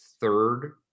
third